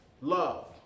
love